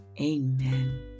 Amen